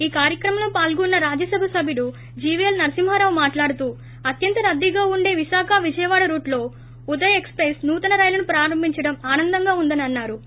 ఈ కార్యక్రమంలో పాల్గొన్న రాజ్యసభ సభ్యుడు జీవీఎల్ నర్పింహారావు మాట్లాడుతూ అత్యంత రద్దీగా ఉండే విశాఖ విజయవాడ రూట్లో ఉదయ్ ఎక్స్ ప్రెస్ నూతన రైలును ప్రారంభించడం ఆనందంగా ఉందని అన్నా రు